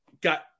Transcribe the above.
got